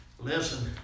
listen